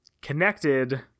connected